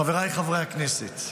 חבריי חברי הכנסת,